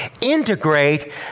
integrate